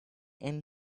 and